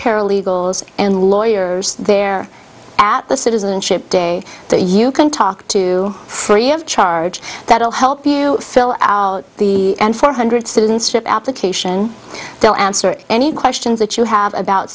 paralegals and lawyers there at the citizenship day you can talk to free of charge that will help you fill out the and four hundred students trip application to answer any questions that you have about